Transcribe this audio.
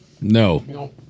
No